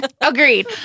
Agreed